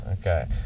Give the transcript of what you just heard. Okay